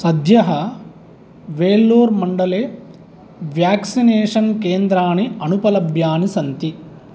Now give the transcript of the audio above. सद्यः वेल्लोर् मण्डले व्याक्सिनेशन् केन्द्राणि अनुपलभ्यानि सन्ति